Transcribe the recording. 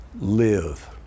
live